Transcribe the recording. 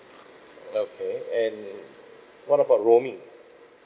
okay and what about roaming